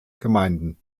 gemeinden